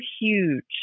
huge